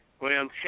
William